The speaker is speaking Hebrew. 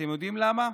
ואתם יודעים למה?